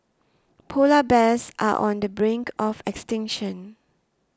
Polar Bears are on the brink of extinction